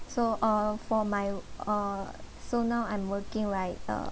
so uh for my uh so now I'm working right uh